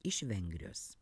iš vengrijos